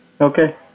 Okay